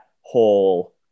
whole